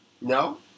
No